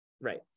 Right